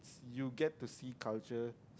you get to see culture